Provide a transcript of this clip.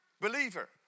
believer